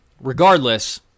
regardless